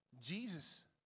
Jesus